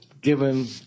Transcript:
given